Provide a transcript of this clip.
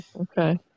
Okay